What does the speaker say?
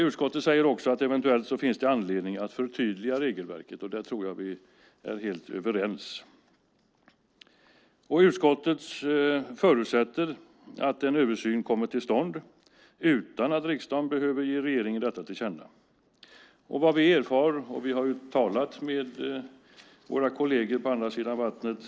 Utskottet säger också att det eventuellt finns anledning att förtydliga regelverket. Där tror jag att vi är helt överens. Utskottet förutsätter att en översyn kommer till stånd utan att riksdagen behöver ge regeringen detta till känna. Vi har talat med våra kolleger på andra sidan vattnet.